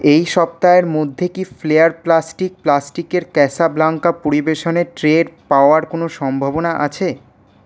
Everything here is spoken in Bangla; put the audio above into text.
এই সপ্তাহের মধ্যে কি ফ্লেয়ার প্লাস্টিক প্লাস্টিকের ক্যাসাব্লাঙ্কা পরিবেশনের ট্রেয়ের পাওয়ার কোনও সম্ভাবনা আছে